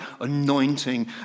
anointing